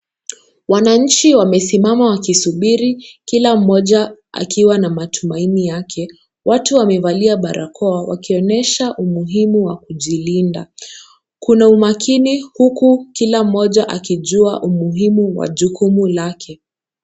Wananchi wamesimama wakisubiri kila mmoja akiwa na matumaini yake ,watu wamevalia barakoa wakionesha umuhimu wa kujilinda. Kuna umakini huku kila mmoja akijua umuhimu wa jukumu lake.